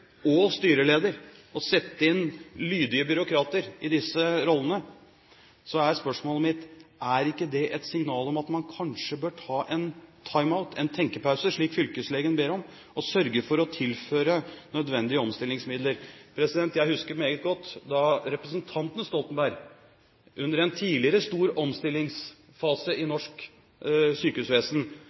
og styreleder og sette inn lydige byråkrater i disse rollene, er spørsmålet mitt: Er ikke det et signal om at man kanskje bør ta en time-out, en tenkepause, slik fylkeslegen ber om, og sørge for å tilføre nødvendige omstillingsmidler? Jeg husker meget godt da representanten Stoltenberg under en tidligere stor omstillingsfase i norsk sykehusvesen